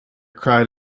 cried